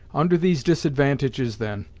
under these disadvantages, then,